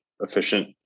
efficient